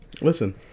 listen